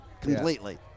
completely